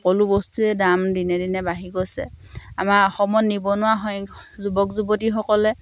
সকলো বস্তুৱে দাম দিনে দিনে বাঢ়ি গৈছে আমাৰ অসমত নিবনুৱা সংখ্য যুৱক যুৱতীসকলে